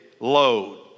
load